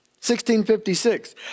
1656